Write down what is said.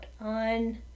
on